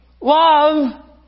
love